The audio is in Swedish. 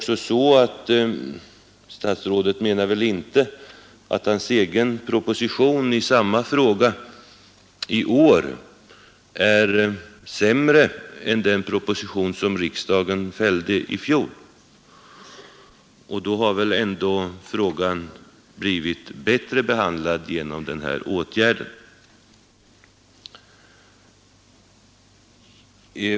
Statsrådet menar väl inte att hans egen proposition i samma fråga i år är sämre än den proposition riksdagen fällde i fjol? Frågan har väl ändå blivit bättre behandlad genom den här åtgärden.